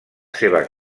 seva